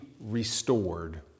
restored